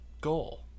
goal